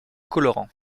colorant